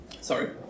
Sorry